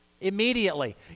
immediately